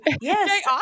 Yes